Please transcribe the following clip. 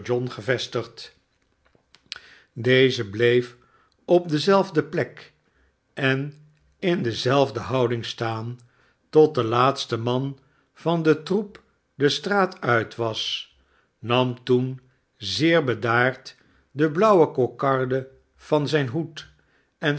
john gevestigd deze bleef op dezelfde plek en in dezelfde houding staan tot de laatste man van den troep de straat uit was nam toen zeer bedaard de biauwe kokarde van zijn hoed en